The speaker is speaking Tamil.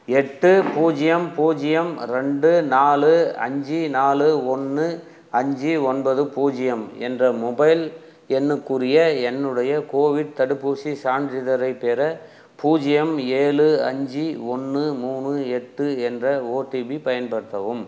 எட்டு பூஜ்ஜியம் பூஜ்ஜியம் ரெண்டு நாலு அஞ்சு நாலு ஒன்று அஞ்சு ஒன்பது பூஜ்ஜியம் என்ற மொபைல் எண்ணுக்குரிய என்னுடைய கோவிட் தடுப்பூசிச் சான்றிதழை பெற பூஜ்ஜியம் ஏழு அஞ்சு ஒன்று மூணு எட்டு என்ற ஓடிபி பயன்படுத்தவும்